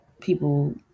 people